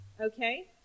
Okay